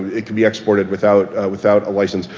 it can be exported without without a license.